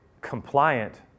compliant